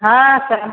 हाँ सर